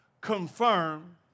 confirm